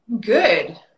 Good